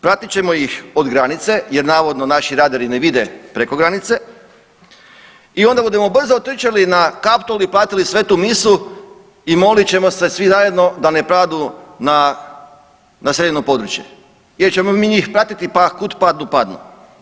Pratit ćemo ih od granice jer navodno naši radari ne vide preko granice i onda budemo brzo otrčali na Kaptol i platili svetu misu i molit ćemo se svi zajedno da ne padnu na naseljeno područje, jer ćemo mi njih pratiti, pa kud padnu padnu.